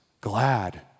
glad